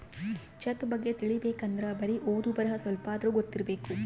check ಬಗ್ಗೆ ತಿಲಿಬೇಕ್ ಅಂದ್ರೆ ಬರಿ ಓದು ಬರಹ ಸ್ವಲ್ಪಾದ್ರೂ ಗೊತ್ತಿರಬೇಕು